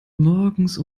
morgens